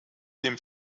dem